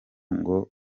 ngo